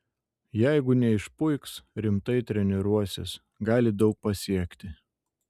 jeigu neišpuiks rimtai treniruosis gali daug pasiekti